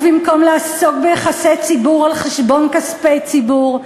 במקום לעסוק ביחסי ציבור על חשבון כספי ציבור,